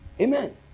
Amen